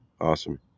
Awesome